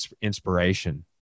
inspiration